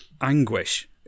anguish